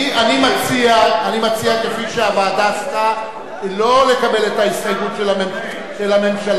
אני מציע כפי שהוועדה עשתה: לא לקבל את ההסתייגות של הממשלה,